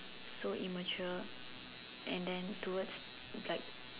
so immature and then towards like